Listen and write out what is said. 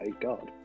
God